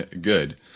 good